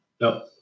no